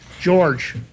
George